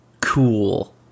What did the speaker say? cool